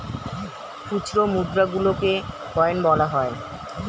খুচরো মুদ্রা গুলোকে কয়েন বলা হয়